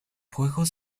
juegos